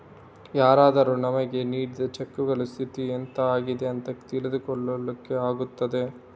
ಯಾರಾದರೂ ನಮಿಗೆ ನೀಡಿದ ಚೆಕ್ಕುಗಳ ಸ್ಥಿತಿ ಎಂತ ಆಗಿದೆ ಅಂತ ತಿಳ್ಕೊಳ್ಳಿಕ್ಕೆ ಆಗ್ತದೆ